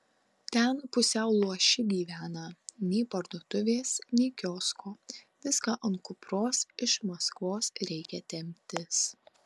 ten pusiau luoši gyvena nei parduotuvės nei kiosko viską ant kupros iš maskvos reikia temptis